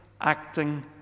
acting